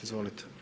Izvolite.